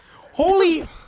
Holy